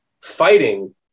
fighting